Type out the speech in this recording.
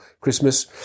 Christmas